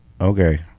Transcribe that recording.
Okay